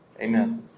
Amen